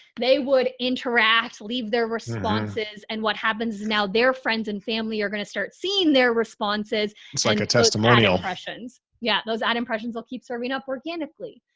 they would interact, leave their responses and what happens is now their friends and family are going to start seeing their responses. it's like a testimonial. yeah. those ad impressions will keep serving up organically.